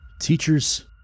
Teachers